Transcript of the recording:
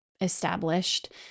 established